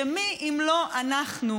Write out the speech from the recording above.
ומי אם לא אנחנו,